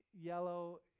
yellow